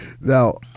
Now